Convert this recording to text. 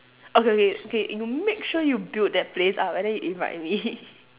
okay okay okay you make sure you build that place up and then you invite me